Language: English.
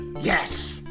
Yes